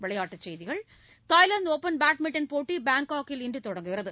விளையாட்டுச் செய்திகள் Thailand Open badminton போட்டிகள் பாங்காக்கில் இன்று தொடங்குகிறது